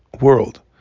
world